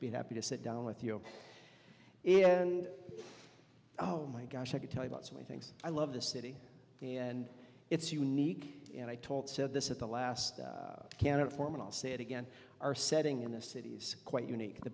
be happy to sit down with you and oh my gosh i could tell you about so many things i love this city and it's unique and i told said this at the last candidate form and i'll say it again are setting in the city's quite unique t